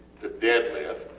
the deadlift,